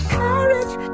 courage